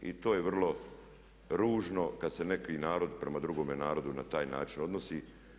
I to je vrlo ružno kad se neki narod prema drugome narodu na taj način odnosi.